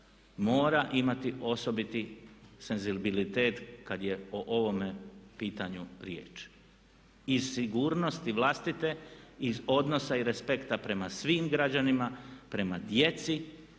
mora imati osobiti senzibilitet kad je o ovome pitanju riječ. Iz sigurnosti vlastite, iz odnosa i respekta prema svim građanima, prema djeci